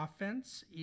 offense